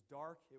dark